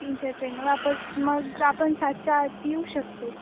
तीनच्या ट्रेननं वापस मग आपण सातच्या आत येऊ शकतो